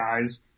guys